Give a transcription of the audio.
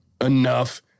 enough